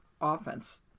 offense